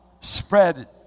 spread